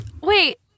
Wait